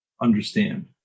understand